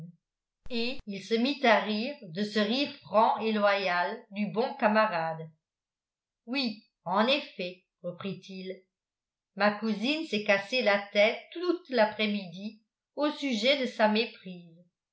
et il se mit à rire de ce rire franc et loyal du bon camarade oui en effet reprit-il ma cousine s'est cassé la tête toute l'après-midi au sujet de sa méprise